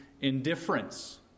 indifference